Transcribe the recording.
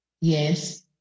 Yes